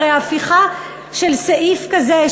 הרי ההפיכה של סעיף כזה,